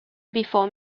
before